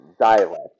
dialect